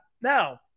Now